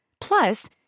Plus